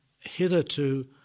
hitherto